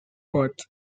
pot